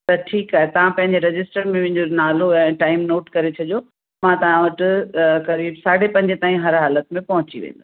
त ठीकु आहे तव्हां पंहिंजे रजिस्टर में मुंहिंजो नालो ऐं टाइम नोट करे छॾियो मां तव्हां वटि अ करीब साढे पंजे ताईं हर हालतु में पहुची वेंदमि